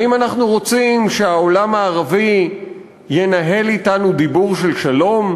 האם אנחנו רוצים שהעולם הערבי ינהל אתנו דיבור של שלום?